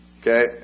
Okay